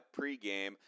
pregame